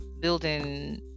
building